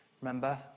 remember